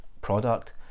product